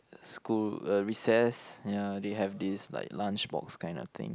school uh recess ya they have this like lunchbox kind of thing